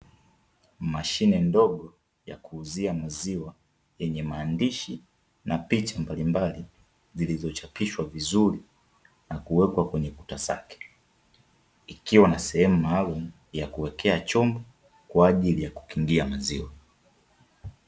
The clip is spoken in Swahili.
Mashine ndogo ya kuuzia maziwa yenye maandishi na picha mbalimbali zilizochapishwa vizuri na kuwekwa kwenye kuta zake, ikiwa na sehemu maalum ya kuwekea chombo kwa ajili ya kukingia maziwa .